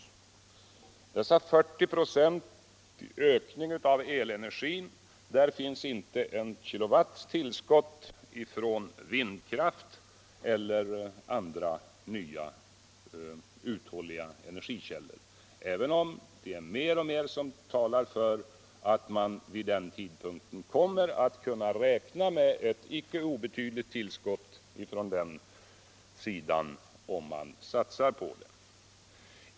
I dessa 40 96 ökning av elenergin finns inte en kilowatt tillskott av vindkraft eller andra nya uthålliga energikällor, även om mer och mer talar för att man vid den tidpunkten kommer att kunna räkna med ett icke obetydligt tillskott från det hållet om man satsar på det.